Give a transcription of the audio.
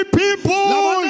people